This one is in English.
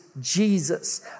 Jesus